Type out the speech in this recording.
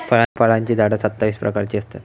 फळांची झाडा सत्तावीस प्रकारची असतत